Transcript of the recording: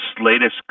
latest